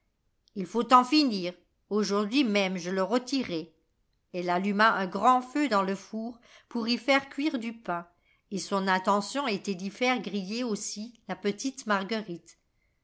il faut en finir aujourd'hui même je le rôtirai elle alluma un grand fea dans le four pour y faire cuire du pain et son intention était d'y faire griller aussi la petite marguerite